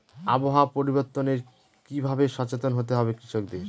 আবহাওয়া পরিবর্তনের কি ভাবে সচেতন হতে হবে কৃষকদের?